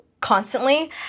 constantly